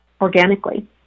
organically